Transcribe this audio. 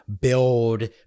build